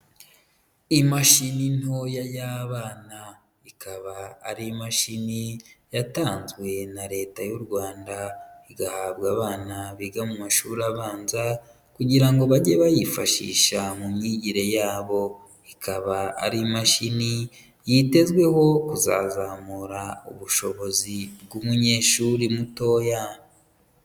Imashini ntoya y'abana, ikaba ari imashini yatanzwe na Leta y'u Rwanda igahabwa abana biga mu mashuri abanza kugira ngo bajye bayifashisha mu myigire yabo, ikaba ari imashini yitezweho kuzazamura ubushobozi bw'umunyeshuri mutoya.